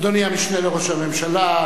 אדוני המשנה לראש הממשלה,